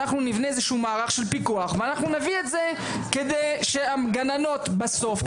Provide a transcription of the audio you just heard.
אנחנו נבנה איזשהו מערך של פיקוח ואנחנו נביא את זה כדי שהגננות בסוף,